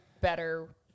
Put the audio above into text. better